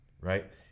right